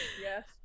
Yes